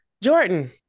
Jordan